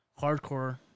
Hardcore